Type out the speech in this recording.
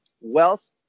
wealth